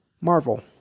marvel